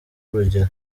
urugero